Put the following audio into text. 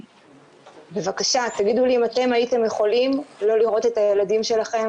אי-אפשר להגיד שאנחנו דורשים זכויות אדם לאוכלוסייה מסוימת,